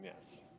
yes